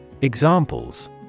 Examples